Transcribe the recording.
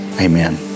Amen